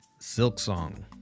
Silksong